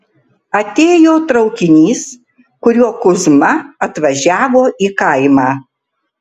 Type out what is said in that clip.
atėjo traukinys kuriuo kuzma atvažiavo į kaimą